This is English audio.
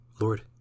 Lord